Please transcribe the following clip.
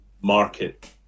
market